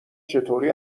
چطوری